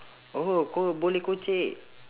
oh kau boleh kocek